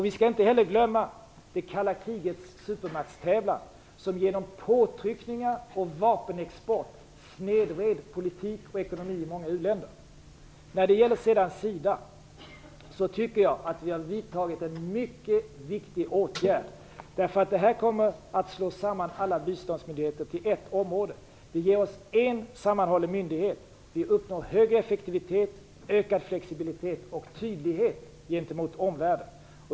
Vi skall inte heller glömma det kalla krigets supermaktstävlan som genom påtryckningar och vapenexport snedvred politik och ekonomi i många u-länder. Jag tycker att vi har vidtagit en mycket viktig åtgärd när det gäller SIDA. Detta kommer att föra samman alla biståndsmyndigheter till ett område. Det ger oss en sammanhållen myndighet. Vi uppnår högre effektivitet, ökad flexibilitet och tydlighet gentemot omvärlden.